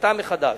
לרכישתה מחדש.